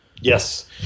yes